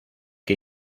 que